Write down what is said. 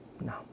No